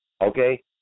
okay